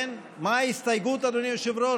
כן, מה ההסתייגות, אדוני היושב-ראש?